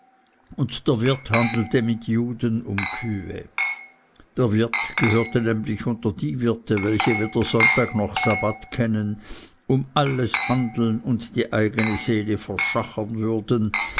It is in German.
und der wirt handelte mit juden um kühe der wirt gehörte nämlich unter die wirte welche weder sonntag noch sabbat kennen um alles handeln und die eigne seele verschachern würden